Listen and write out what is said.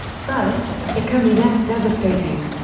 first, it can be less devastating.